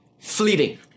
fleeting